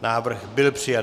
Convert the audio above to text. Návrh byl přijat.